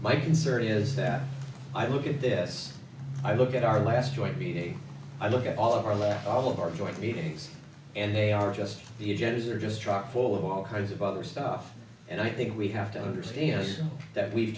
my concern is that i look at this i look at our last joint b d i look at all of our left all of our joint meetings and they are just the agendas are just truck full of all kinds of other stuff and i think we have to understand that we've